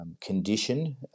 condition